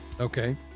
Okay